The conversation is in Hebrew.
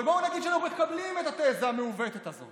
אבל בואו נגיד שאנחנו מקבלים את התזה המעוותת הזאת